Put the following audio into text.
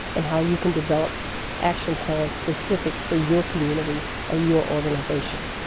and how you can develop action plans specific for your community or your organization.